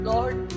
Lord